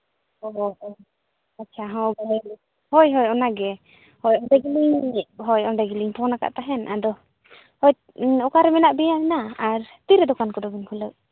ᱟᱪᱪᱷᱟ ᱦᱚᱸ ᱛᱚᱵᱮ ᱦᱳᱭᱼᱦᱳᱭ ᱚᱱᱟ ᱜᱮ ᱦᱳᱭ ᱚᱸᱰᱮ ᱜᱮᱞᱤᱧ ᱚᱸᱰᱮ ᱜᱮᱞᱤᱧ ᱯᱷᱳᱱ ᱟᱠᱟᱫ ᱛᱟᱦᱮᱸᱫ ᱟᱫᱚ ᱚᱠᱟ ᱨᱮ ᱵᱮᱱᱟ ᱟᱨ ᱛᱤ ᱨᱮ ᱫᱚᱠᱟᱱ ᱠᱚᱫᱚ ᱵᱮᱱ ᱠᱷᱩᱞᱟᱹᱣᱟ